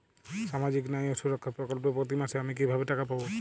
সামাজিক ন্যায় ও সুরক্ষা প্রকল্পে প্রতি মাসে আমি কিভাবে টাকা পাবো?